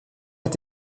est